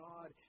God